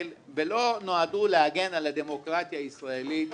ולא נועדו להגן על הדמוקרטיה הישראלית.